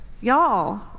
y'all